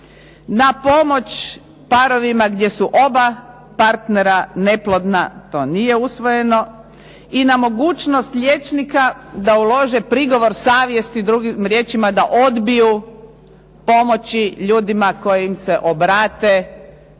Na pomoć parovima gdje su oba partnera neplodna to nije usvojeno. I na mogućnost liječnika da ulože prigovor savjesti, drugim riječim da odbiju pomoći ljudima koji im se obrate